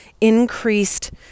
increased